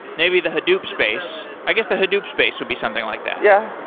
maybe, the hadoop space? i guess the hadoop space would be something like that yeah,